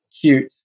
cute